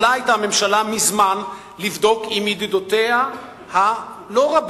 יכולה היתה הממשלה מזמן לבדוק עם ידידותיה הלא-רבות,